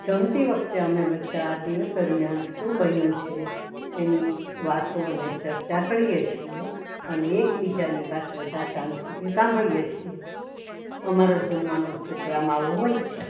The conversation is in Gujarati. જમતી વખતે અમે બધા દિવસ દરમ્યાન શું બન્યું છે એની વાતો અને ચર્ચા કરીએ છીએ અને એકબીજાની વાત બધા શાંતિ થી સાંભળીએ છીએ અમારો જમવાનો પોગ્રામ આવો હોય છે